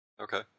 Okay